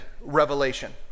revelation